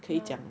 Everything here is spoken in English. ya